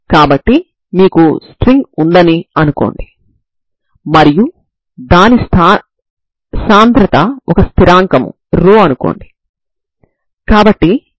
కాబట్టి f మరియు g లకు సంబంధించిన ప్రారంభ సమాచారం ఎంతో విలువైనది